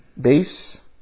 base